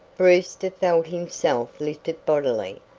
brewster felt himself lifted bodily,